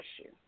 issue